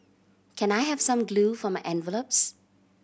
can I have some glue for my envelopes